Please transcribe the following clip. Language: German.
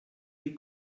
die